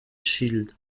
child